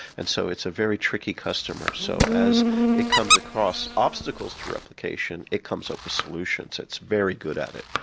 and so it's a very tricky customer. so as it comes across obstacles to replication it comes up with solutions and it's very good at it.